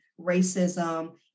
racism